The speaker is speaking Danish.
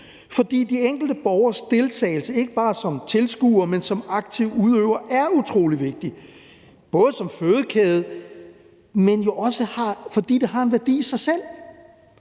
fordi de enkelte borgeres deltagelse ikke bare som tilskuere, men som aktive udøvere er utrolig vigtig, både som fødekæde, men jo også, fordi det har en værdi i sig selv.